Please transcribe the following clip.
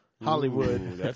Hollywood